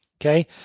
okay